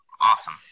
Awesome